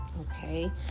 Okay